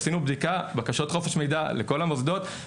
עשינו בדיקה באמצעות בקשות חופש מידע לכל המוסדות.